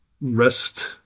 rest